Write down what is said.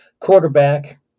quarterback